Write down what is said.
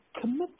commit